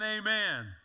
amen